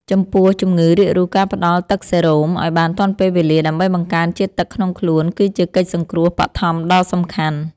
ចំពោះជំងឺរាករូស ការផ្តល់ទឹកសេរ៉ូម ឱ្យបានទាន់ពេលវេលាដើម្បីបង្កើនជាតិទឹកក្នុងខ្លួន គឺជាកិច្ចសង្គ្រោះបឋមដ៏សំខាន់។